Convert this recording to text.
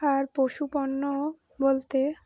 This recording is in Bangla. আর পশু পণ্য বলতে